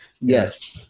Yes